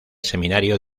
seminario